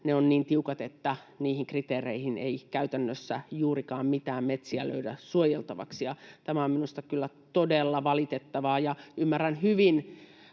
ne ovat niin tiukat, että niihin kriteereihin ei käytännössä juurikaan mitään metsiä löydä suojeltavaksi. Tämä on minusta kyllä todella valitettavaa. Ymmärrän hyvin